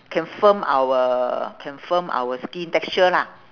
can firm our can firm our skin texture lah